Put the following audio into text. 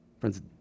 Friends